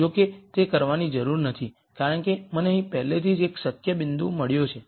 જો કે તે કરવાની જરૂર નથી કારણ કે મને અહીં પહેલેથી જ એક શક્ય બિંદુ મળ્યો છે